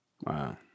Wow